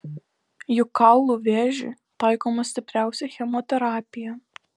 juk kaulų vėžiui taikoma stipriausia chemoterapija